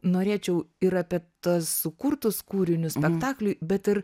norėčiau ir apie tuos sukurtus kūrinius spektakliui bet ir